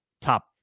top